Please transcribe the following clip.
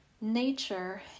Nature